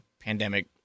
pandemic